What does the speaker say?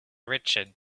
richard